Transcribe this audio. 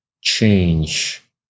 change